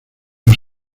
los